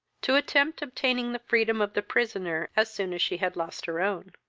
to attempt obtaining the freedom of the prisoner as soon as she had lost her own.